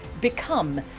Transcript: become